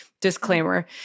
disclaimer